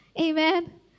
amen